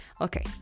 Okay